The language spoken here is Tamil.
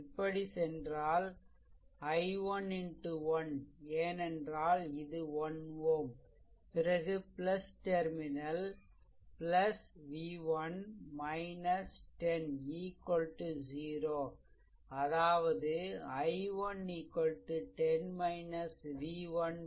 இப்படி சென்றால் i1 x 1 ஏனென்றால் இது 1 Ω பிறகு டெர்மினல் v1 10 0 அதாவது i1 10 v1 1